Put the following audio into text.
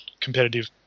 competitive